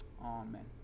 Amen